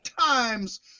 times